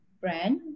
brand